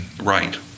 right